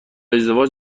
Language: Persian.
ازدواج